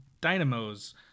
dynamos